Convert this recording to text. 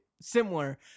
similar